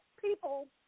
people